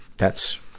that's,